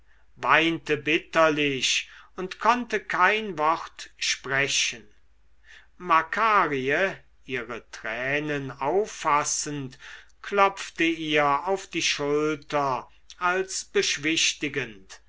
weinte bitterlich und konnte kein wort sprechen makarie ihre tränen auffassend klopfte ihr auf die schulter als beschwichtigend